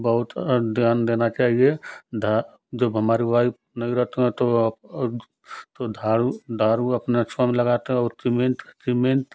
बहुत ध्यान देना चाहिए ध्या जब हमारी वाइफ़ नहीं रहती हैं तो तो झाड़ू झाड़ू अपना स्वयं लगाते हैं और सीमेंत सीमेंत